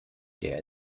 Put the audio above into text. der